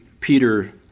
Peter